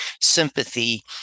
sympathy